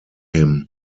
him